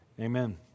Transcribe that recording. Amen